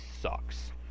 sucks